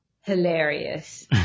hilarious